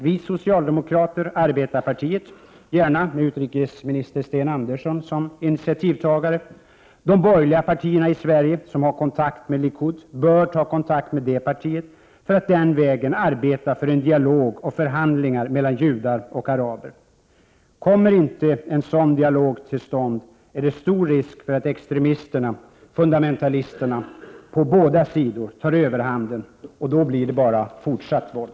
Vi socialdemokrater kan sätta oss i förbindelse med arbetarpartiet, gärna med utrikesminister Sten Andersson som initiativtagare, och de borgerliga partierna i Sverige, som har kontakt med Likud, bör kontakta detta parti för att den vägen arbeta för en dialog och för förhandlingar mellan judar och araber. Kommer inte en sådan dialog till stånd, är det stor risk för att extremisterna, fundamentalisterna, på båda sidor tar överhanden — och då blir det bara fortsatt våld.